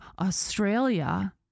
Australia